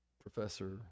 professor